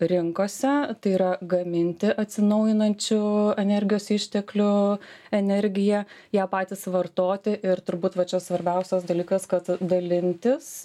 rinkose tai yra gaminti atsinaujinančių energijos išteklių energiją ją patys vartoti ir turbūt va čia svarbiausias dalykas kad dalintis